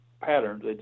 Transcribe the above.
patterns